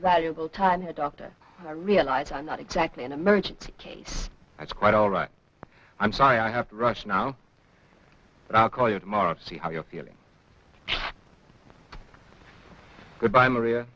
valuable time in the doctor i realize i'm not exactly an emergency case that's quite all right i'm sorry i have to rush now but i'll call you tomorrow to see how you're feeling goodbye maria